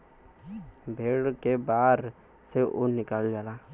भेड़ के बार से ऊन निकालल जाला